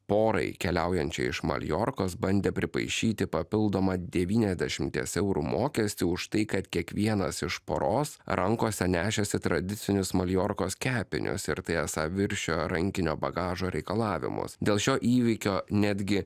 porai keliaujančią iš maljorkos bandė pripaišyti papildomą devyniasdešimties eurų mokestį už tai kad kiekvienas iš poros rankose nešėsi tradicinius maljorkos kepinius ir tai esą viršijo rankinio bagažo reikalavimus dėl šio įvykio netgi